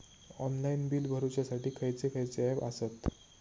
Online bill भरुच्यासाठी खयचे खयचे ऍप आसत?